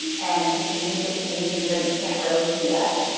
and you can meet the team even though you can't really see us.